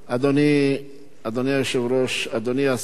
אדוני היושב-ראש, אדוני השר,